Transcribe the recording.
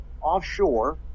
offshore